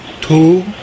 two